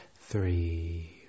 three